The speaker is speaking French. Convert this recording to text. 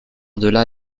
delà